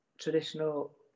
traditional